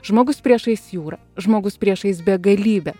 žmogus priešais jūrą žmogus priešais begalybę